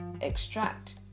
extract